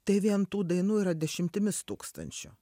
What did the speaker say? tai vien tų dainų yra dešimtimis tūkstančių